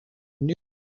new